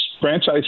franchise